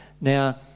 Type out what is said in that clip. Now